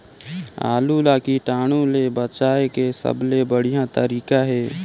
आलू ला कीटाणु ले बचाय के सबले बढ़िया तारीक हे?